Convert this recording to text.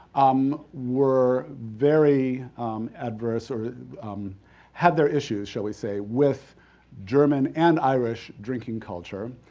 um were very adverse or had their issues, shall we say, with german and irish drinking culture,